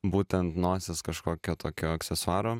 būtent nosies kažkokio tokio aksesuaro